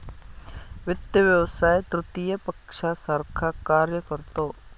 वित्त व्यवसाय तृतीय पक्षासारखा कार्य करतो